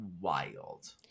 wild